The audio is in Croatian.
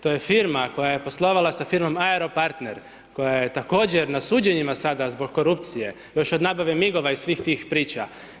To je firma koja je poslovala sa firmom Aeropartner koja je također na suđenjima sada zbog korupcije, još od nabave MIG-ova i svih tih priča.